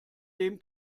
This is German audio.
dem